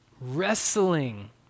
Wrestling